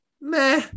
Meh